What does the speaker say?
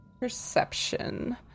Perception